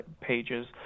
pages